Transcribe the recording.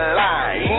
lying